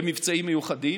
למבצעים מיוחדים,